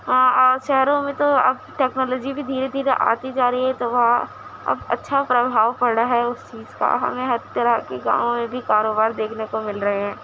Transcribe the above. ہاں اور شہروں میں تو اب ٹیکنالوجی بھی دھیرے دھیرے آتی جا رہی ہے تو وہاں اب اچھا پربھاؤ پڑ رہا ہے اس چیز کا ہمیں ہر طرح کی گاؤں میں بھی کاروبار دیکھنے کو مل رہے ہیں